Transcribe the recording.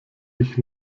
ich